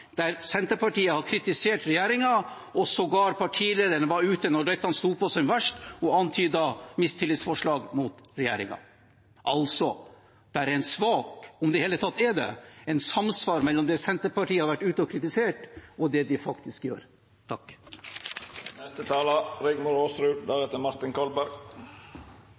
der Senterpartiet har kritisert regjeringen. Partilederen var sågar ute – da dette sto på som verst – og antydet at man ville fremme mistillitsforslag mot regjeringen. Det er altså lite samsvar – om noe i det hele tatt – mellom det som Senterpartiet har vært ute og kritisert, og det de faktisk gjør.